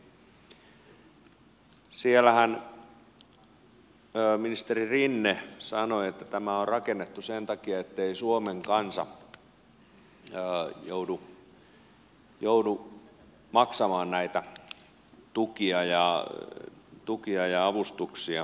siellähän ministeri rinne sanoi että tämä on rakennettu sen takia ettei suomen kansa joudu maksamaan näitä tukia ja avustuksia